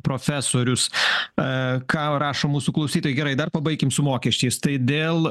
profesorius a ką rašo mūsų klausytojai gerai dar pabaikim su mokesčiais tai dėl